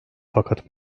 fakat